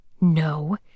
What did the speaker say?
No